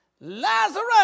Lazarus